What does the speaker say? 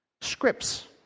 Scripts